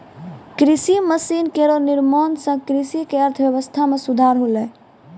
कृषि मसीन केरो निर्माण सें कृषि क अर्थव्यवस्था म सुधार होलै